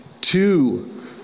Two